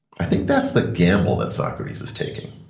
i think that's the gamble that socrates is taking.